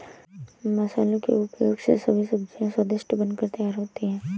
मसालों के उपयोग से सभी सब्जियां स्वादिष्ट बनकर तैयार होती हैं